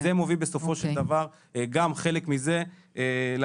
זה מוביל בסופו של דבר גם חלק מזה לאלימות.